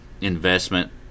investment